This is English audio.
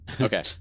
Okay